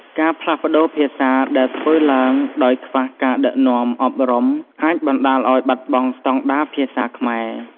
ការផ្លាស់ប្ដូរភាសាដែលធ្វើឡើងដោយខ្វះការដឹកនាំអប់រំអាចបណ្តាលឲ្យបាត់បង់ស្តង់ដារភាសាខ្មែរ។